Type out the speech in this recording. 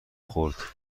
خورد